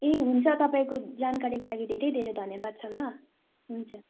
ए हुन्छ तपाईँको जानकारीको लागि धेरै धेरै धन्यवाद छ ल हुन्छ